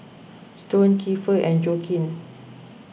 Stone Kiefer and Joaquin